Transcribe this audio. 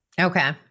Okay